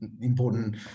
important